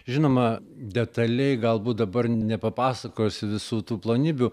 žinoma detaliai galbūt dabar nepapasakosiu visų tų plonybių